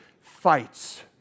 fights